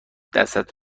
دستت